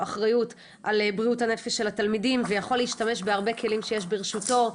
אחריות על בריאות הנפש של התלמידים ויכול להשתמש בהרבה כלים שיש ברשותו,